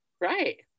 Right